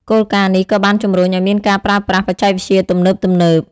គោលការណ៍នេះក៏បានជំរុញឲ្យមានការប្រើប្រាស់បច្ចេកវិទ្យាទំនើបៗ។